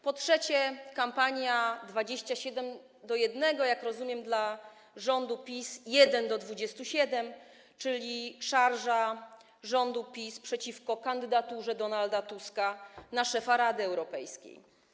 Po trzecie, kampania 27 do 1 - jak rozumiem, dla rządu PiS: 1 do 27 - czyli szarża rządu PiS przeciwko kandydaturze Donalda Tuska na szefa Rady Europejskiej.